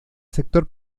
sector